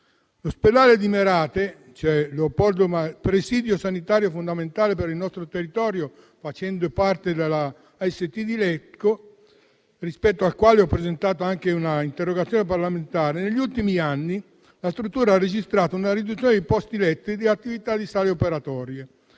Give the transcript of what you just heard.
L'ospedale di Merate, presidio sanitario fondamentale per il nostro territorio, facendo parte della ASST di Lecco, rispetto al quale ho presentato anche un'interrogazione parlamentare, negli ultimi anni ha registrato una riduzione dei posti letto e dell'attività delle sale operatore.